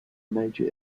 major